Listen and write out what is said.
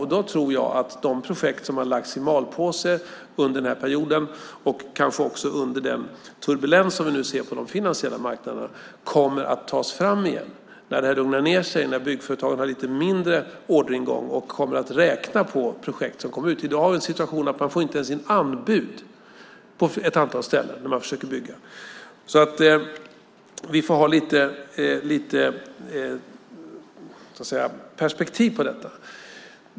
Jag tror att de projekt som har lagts i malpåse under den här perioden och kanske också under den turbulens som vi nu ser på de finansiella marknaderna kommer att tas fram igen när det har lugnat ned sig och byggföretagen har lite mindre orderingång. De kommer då att räkna på de projekt som kommer ut. I dag har vi den situationen att man inte ens får in anbud på ett antal ställen när man försöker bygga. Vi får alltså ha lite perspektiv på detta.